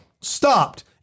Stopped